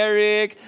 Eric